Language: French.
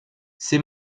ces